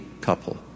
couple